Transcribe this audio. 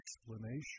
explanation